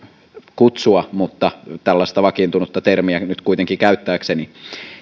kutsua mutta tällaista vakiintunutta termiä nyt kuitenkin käyttääkseni